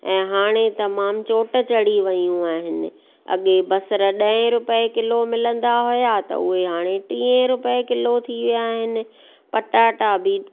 ऐं हाणे तमामु चोट चढ़ी वयूं आहिनि अॻे बसर ॾहें रुपये किलो मिलंदा हुआ त उहे हाणे टीहें रुपये किलो थी विया आहिनि पटाटा बि